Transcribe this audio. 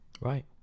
Right